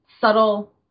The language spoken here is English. subtle